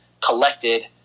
collected